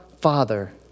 Father